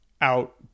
out